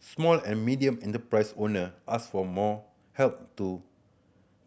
small and medium enterprise owner asked for more help to